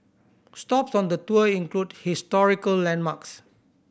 stops on the tour include historical landmarks